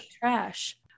trash